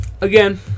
again